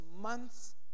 months